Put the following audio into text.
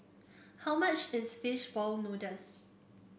how much is fish ball noodles